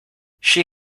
she